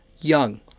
young